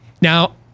Now